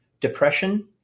Depression